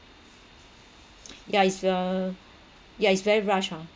yeah it's uh yeah it's very rushed ha